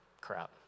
crap